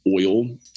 oil